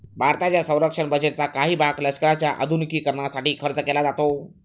भारताच्या संरक्षण बजेटचा काही भाग लष्कराच्या आधुनिकीकरणासाठी खर्च केला जातो